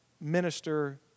minister